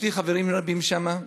יש לי חברים רבים שם.